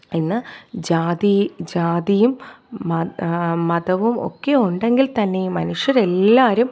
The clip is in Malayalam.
ഇന്ന് ജാതി ജാതിയും മ മതവും ഒക്കെ ഉണ്ടെങ്കിൽ തന്നെയും മനുഷ്യർ എല്ലാവരും